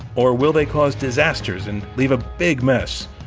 or will they cause disasters and leave a big mess.